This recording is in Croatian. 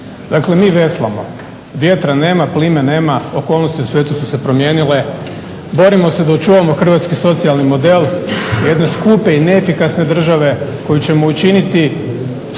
Dakle mi veslamo, vjetra nema, plime nema, okolnosti su se već promijenile, borimo se da očuvamo hrvatski socijalni model jedne skupe i neefikasne države koju ćemo učiniti skupom